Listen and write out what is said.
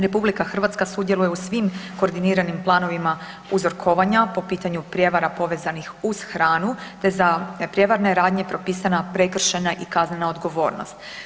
RH sudjeluje u svim koordiniranim planovima uzorkovanja po pitanju prijevara povezanih uz hranu te za prijevarne radnje propisana prekršajna i kaznena odgovornost.